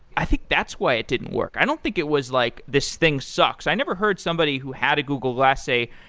i think that's why it didn't work. i don't think it was like, this thing sucks. i never heard somebody who had a google glass say,